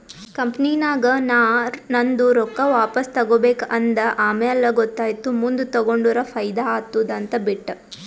ಕಂಪನಿನಾಗ್ ನಾ ನಂದು ರೊಕ್ಕಾ ವಾಪಸ್ ತಗೋಬೇಕ ಅಂದ ಆಮ್ಯಾಲ ಗೊತ್ತಾಯಿತು ಮುಂದ್ ತಗೊಂಡುರ ಫೈದಾ ಆತ್ತುದ ಅಂತ್ ಬಿಟ್ಟ